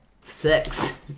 Six